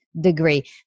degree